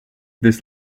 this